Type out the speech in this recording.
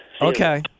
Okay